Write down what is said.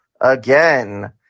again